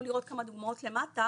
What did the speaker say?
תוכלו לראות כמה דוגמאות למטה.